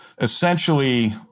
essentially